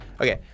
Okay